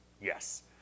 Yes